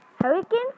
Hurricane